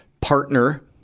partner